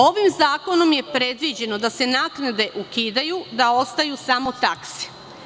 Ovim zakonom je predviđeno da se naknade ukidaju, da ostaju samo takse.